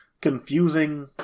confusing